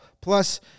Plus